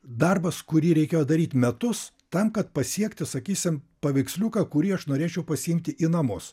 darbas kurį reikėjo daryt metus tam kad pasiekti sakysim paveiksliuką kurį aš norėčiau pasiimti į namus